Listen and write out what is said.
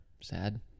sad